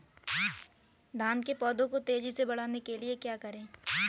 धान के पौधे को तेजी से बढ़ाने के लिए क्या करें?